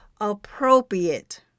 appropriate